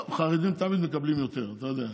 טוב, חרדים תמיד מקבלים יותר, אתה יודע.